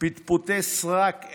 פטפוטי סרק,